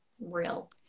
real